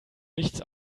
nichts